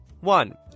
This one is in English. One